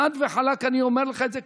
חד וחלק אני אומר לך את זה,